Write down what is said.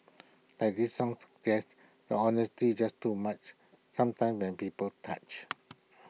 like this song suggests the honesty's just too much sometimes when people touch